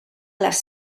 les